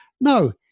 No